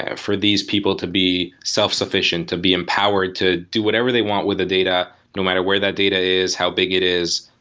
ah these people to be self-sufficient, to be empowered to do whatever they want with the data no matter where that data is, how big it is,